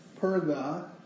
Perga